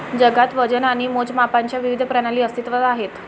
जगात वजन आणि मोजमापांच्या विविध प्रणाली अस्तित्त्वात आहेत